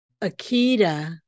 Akita